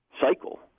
cycle